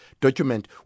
document